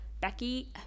becky